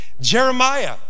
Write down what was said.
Jeremiah